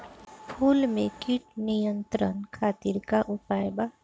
फूल में कीट नियंत्रण खातिर का उपाय बा?